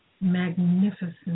magnificent